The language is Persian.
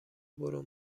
برو